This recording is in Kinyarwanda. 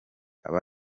aba